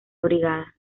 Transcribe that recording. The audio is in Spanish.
brigada